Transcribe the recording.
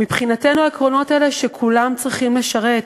מבחינתנו, העקרונות האלה הם שכולם צריכים לשרת,